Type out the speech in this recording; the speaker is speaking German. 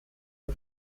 der